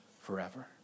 forever